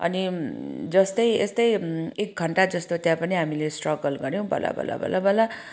अनि जस्तै यस्तै एक घन्टा जस्तो त्यहाँ पनि हामीले स्ट्रगल गऱ्यौँ बल्ल बल्ल बल्ल बल्ल